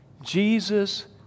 Jesus